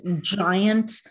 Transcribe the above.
giant